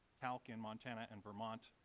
talc in montana and vermont,